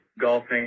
golfing